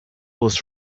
was